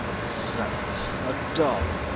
zounds, a dog,